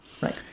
Right